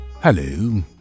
Hello